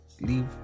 leave